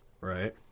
Right